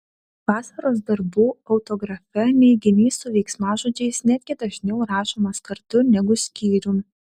vasaros darbų autografe neiginys su veiksmažodžiais netgi dažniau rašomas kartu negu skyrium